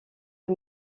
les